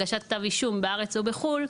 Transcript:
הגשת כתב אישום בארץ ובחו"ל,